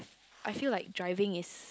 I feel like driving is